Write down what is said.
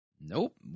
Nope